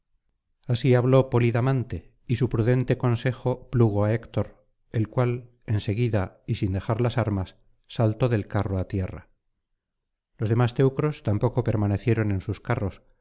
así habló polidamante y su prudente consejo plugo á héctor el cual en seguida y sin dejar las armas saltó del carro á tierra los demás teneros tampoco permanecieron en sus carros